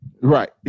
right